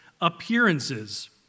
appearances